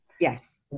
yes